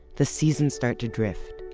the seasons start to drift.